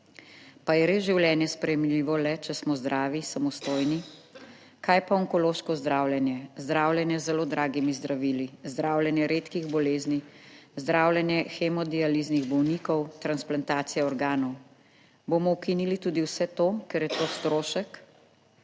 Pa je res življenje sprejemljivo le, če smo zdravi, samostojni? Kaj pa onkološko zdravljenje, zdravljenje z zelo dragimi zdravili, zdravljenje redkih bolezni, zdravljenje hemodializnih bolnikov, transplantacije organov? Bomo ukinili tudi vse to, ker je to strošek?